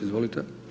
Izvolite.